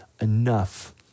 enough